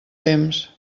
temps